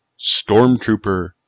Stormtrooper